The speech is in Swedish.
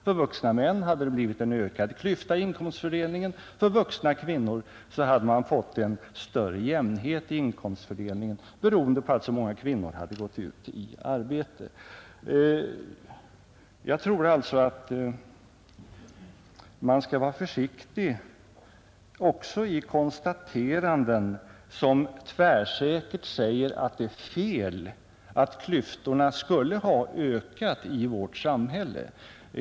För vuxna män hade det blivit en ökad klyfta i inkomstfördelningen, och för vuxna kvinnor hade man fått en större jämnhet i inkomstfördelningen beroende på att så många kvinnor hade gått ut i arbete. Jag tror alltså att man skall vara försiktig också med att tvärsäkert konstatera att den har fel som säger att klyftorna skulle ha ökat i vårt samhälle.